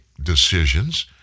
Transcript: decisions